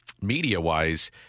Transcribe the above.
media-wise